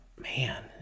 man